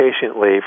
patiently